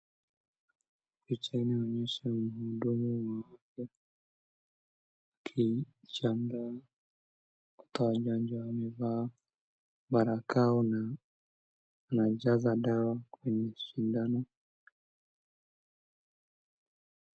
Picha inaonyesha muhudumu wa afya, akishangaa kutoa chanjo. Amevaa barakoa na anajaza dawa kwenye sindano.